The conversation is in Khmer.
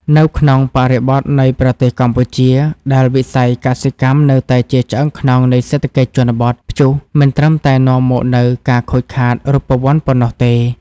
នៅក្នុងបរិបទនៃប្រទេសកម្ពុជា ដែលវិស័យកសិកម្មនៅតែជាឆ្អឹងខ្នងនៃសេដ្ឋកិច្ចជនបទ ព្យុះមិនត្រឹមតែនាំមកនូវការខូចខាតរូបវន្តប៉ុណ្ណោះទេ។